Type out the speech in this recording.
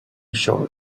short